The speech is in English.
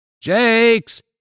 Jakes